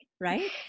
Right